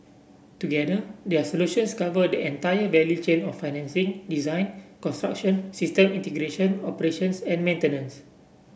together their solutions cover the entire value chain of financing design construction system integration operations and maintenance